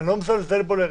אני לא מזלזל בו לרגע,